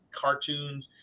cartoons